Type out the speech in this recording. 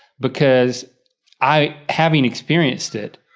because i, having experienced it,